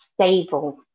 stable